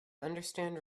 understand